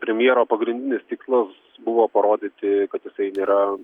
premjero pagrindinis tikslas buvo parodyti kad jisai yra